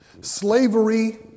Slavery